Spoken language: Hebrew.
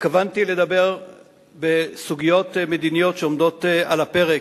התכוונתי לדבר בסוגיות מדיניות שעומדות על הפרק,